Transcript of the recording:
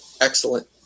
Excellent